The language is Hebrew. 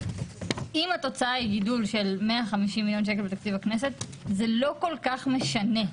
אם התוצאה היא גידול של 150 מיליון שקל בתקציב הכנסת זה לא כל כך משנה.